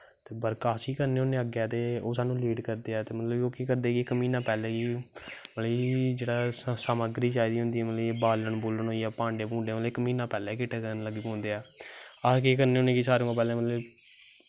बर्स अस ही करनें होनें आं ओह् साह्नू लीड करदे ऐं मतलव कि ओह् केह् करदे इक म्हीनां पैह्लें ही मतलव जेह्ड़ी समग्री चाही दा होंदी उनेंगी बालन बूलन जां कुश इक म्हीनां पैह्लैं कट्ठे करन लगी पौंदे ऐं अस केह् करनें होनें कि सारें शा पैह्लें